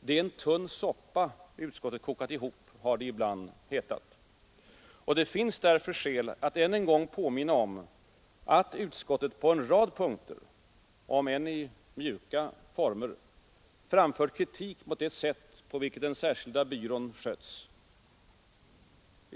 Det är en tunn soppa utskottet kokat ihop, har det ibland hetat. Det finns därför skäl att ånyo påminna om att utskottet på en rad punkter — om än i mjuka former — framfört kritik mot det sätt på vilket den särskilda byrån skötts.